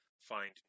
find